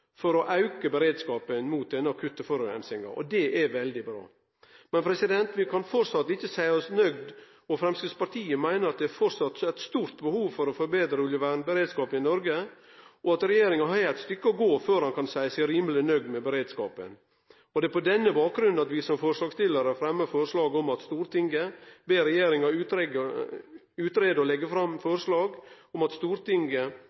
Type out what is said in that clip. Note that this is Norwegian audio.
for å auke beredskapen mot den akutte forureininga. Og det er veldig bra. Men vi kan framleis ikkje seie oss nøgde. Framstegspartiet meiner at det framleis er eit stort behov for å forbetre oljevernberedskapen i Noreg, og at regjeringa har eit stykke å gå før ho kan seie seg rimeleg nøgd med beredskapen. Det er på denne bakgrunnen at vi som forslagsstillarar fremjar følgjande forslag: «Stortinget ber regjeringen utrede og legge frem forslag for Stortinget